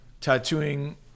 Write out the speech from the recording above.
tattooing